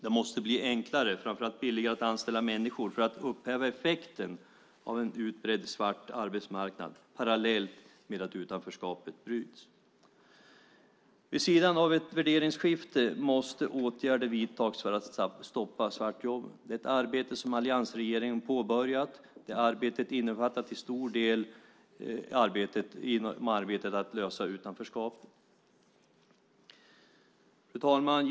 Det måste bli enklare och framför allt billigare att anställa människor för att upphäva effekten av en utbredd svart arbetsmarknad parallellt med att utanförskapet bryts. Vid sidan av ett värderingsskifte måste åtgärder vidtas för att stoppa svartjobben. Det är ett arbete som alliansregeringen har påbörjat. Det arbetet innefattar till stor del arbetet med att lösa utanförskapet. Fru talman!